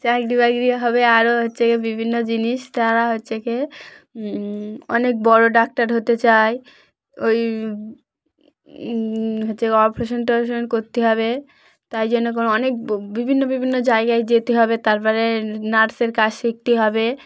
চাকরি বাকরি হবে আরও হচ্ছে কি বিভিন্ন জিনিস তারা হচ্ছে কি অনেক বড় ডাক্তার হতে চায় ওই হচ্ছে অপারেশন টপারেশন করতে হবে তাই জন্য করে অনেক বিভিন্ন বিভিন্ন জায়গায় যেতে হবে তার পরে নার্সের কাজ শিখতে হবে